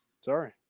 Sorry